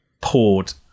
poured